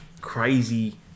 crazy